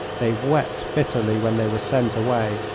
they wept bitterly when they were sent away,